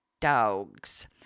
Dogs